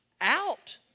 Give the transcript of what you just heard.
out